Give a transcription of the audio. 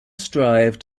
strive